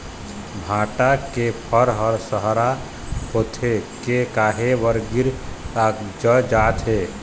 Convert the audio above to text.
भांटा के फर हर सरहा होथे के काहे बर गिर कागजात हे?